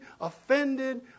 offended